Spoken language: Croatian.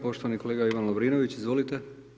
Poštovani kolega Ivan Lovrinović, izvolite.